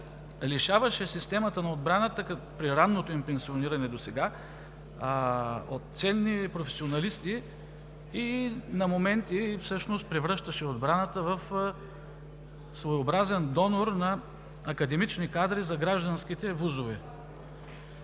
лишаваше системата на отбраната при ранното им пенсиониране досега от ценни професионалисти и на моменти всъщност превръщаше отбраната в своеобразен донор на академични кадри за гражданските ВУЗ-ове.